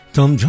Tom